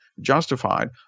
justified